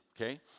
okay